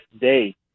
day